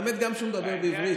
האמת, גם כשאתה מדבר בעברית.